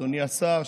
אדוני השר,